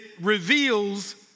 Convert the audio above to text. reveals